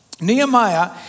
Nehemiah